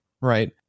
right